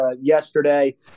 yesterday